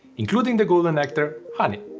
including the golden nectar honey.